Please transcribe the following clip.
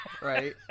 Right